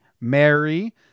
Mary